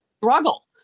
struggle